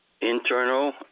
internal